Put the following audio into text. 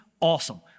Awesome